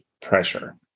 pressure